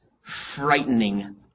frightening